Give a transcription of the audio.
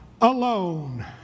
alone